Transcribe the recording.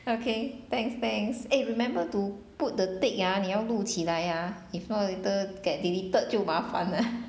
okay thanks thanks eh remember to put the tick ah 你要录起来 ah if not later get deleted 就麻烦了